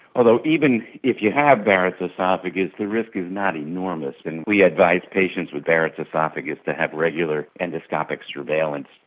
although even if you have a barrett's oesophagus, the risk is not enormous and we advise patients with barrett's oesophagus to have regular endoscopic surveillance.